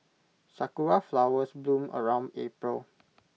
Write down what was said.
Sakura Flowers bloom around April